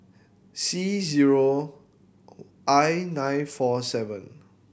C zero I nine four seven